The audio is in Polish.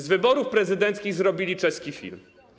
Z wyborów prezydenckich zrobili czeski film.